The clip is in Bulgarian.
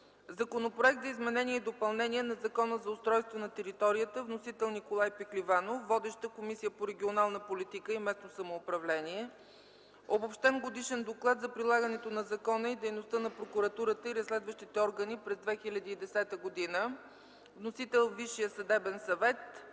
Законопроект за изменение и допълнение на Закона за устройство на територията. Вносител – Николай Пехливанов. Водеща е Комисията по регионална политика и местно самоуправление. Обобщен годишен Доклад за прилагането на закона и дейността на прокуратурата и разследващите органи през 2010 г. Вносител – Висшият съдебен съвет.